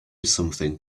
something